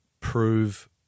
prove